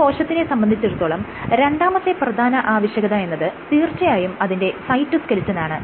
ഒരു കോശത്തിനെ സംബന്ധിച്ചിടത്തോളം രണ്ടാമത്തെ പ്രധാന ആവശ്യകത എന്നത് തീർച്ചയായും അതിന്റെ സൈറ്റോസ്കെലിറ്റനാണ്